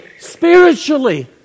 spiritually